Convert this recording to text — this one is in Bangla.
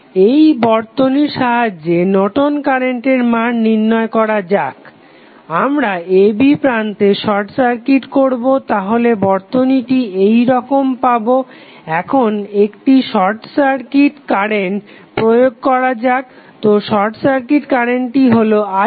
এই বর্তনীর সাহায্যে নর্টন কারেন্টের Nortons current মান নির্ণয় করা যাক আমরা a b প্রান্তকে শর্ট সার্কিট করবো তাহলে বর্তনীটি এইরকম পাবো এখন একটি শর্ট সার্কিট কারেন্ট প্রয়োগ করা যাক তো শর্ট সার্কিট কারেন্টটি হলো isc